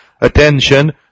attention